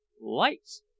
Lights